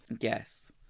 Yes